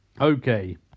okay